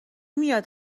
میاد